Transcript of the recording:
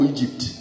Egypt